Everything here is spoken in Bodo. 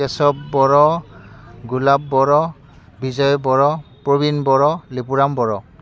केसब बर' गुलाब बर' बिजय बर' प्रबिन बर' लिपुराम बर'